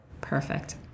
Perfect